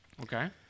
Okay